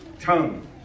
tongue